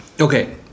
Okay